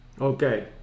Okay